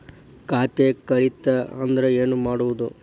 ಖಾತೆ ಕಳಿತ ಅಂದ್ರೆ ಏನು ಮಾಡೋದು?